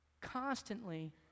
constantly